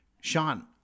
Sean